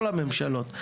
כל הממשלות.